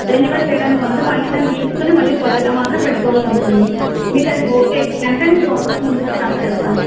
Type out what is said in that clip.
renewal చేయడానికి ఉండదు మళ్ళీ దాన్ని తీర్చుకుని మళ్ళీ కొత్తగా మాత్రమే పెట్టుకోవాల్సి ఉంటుంది మీకు అది ఓకే అయితే కనుక నేను ప్రాసెస్ ముందుకి స్టార్ట్ చేస్తాను